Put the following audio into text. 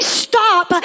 stop